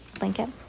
blanket